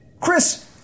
Chris